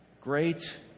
Great